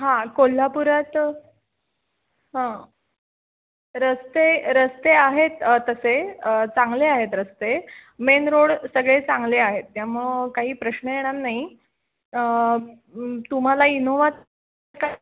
हां कोल्हापुरात हां रस्ते रस्ते आहेत तसे चांगले आहेत रस्ते मेन रोड सगळे चांगले आहेत त्यामुळं काही प्रश्न येणार नाही तुम्हाला इनोव्हा का